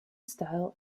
style